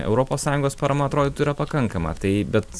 europos sąjungos parama atrodytų yra pakankama tai bet